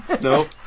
Nope